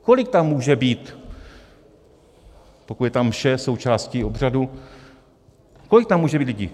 Kolik tam může být, pokud je ta mše součástí obřadu, kolik tam může být lidí?